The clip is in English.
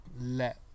let